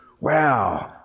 Wow